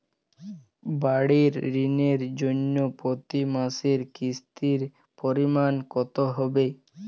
বাড়ীর ঋণের জন্য প্রতি মাসের কিস্তির পরিমাণ কত হবে?